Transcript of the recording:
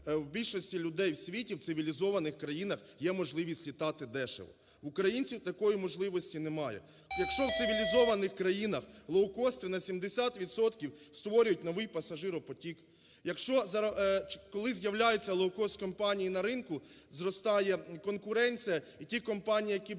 в більшості людей в світі в цивілізованих країнах є можливість літати дешево. В українців такої можливості немає. Якщо в цивілізованих країнах лоукости на 70 відсотків створюють новий пасажиропотік, коли з'являється лоукост-компанії на ринку, зростає конкуренції, і ті компанії, які були